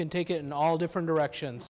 can take it in all different directions